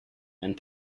and